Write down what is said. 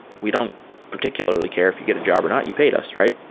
we don't particularly care if you get a job or not. you paid us, right?